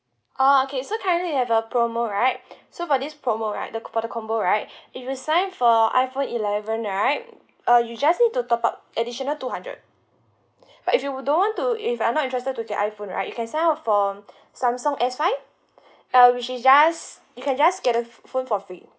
oh okay so currently have a promo right so for this promo right the for the combo right if you sign for iphone eleven right uh you just need to top up additional two hundred but if you don't want to if I'm not interested to get iphone right you can sign up for Samsung S five uh which is just you can just get a phone for free